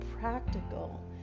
practical